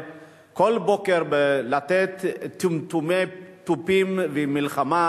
כל בוקר בלתת טמטומי תופים ומלחמה,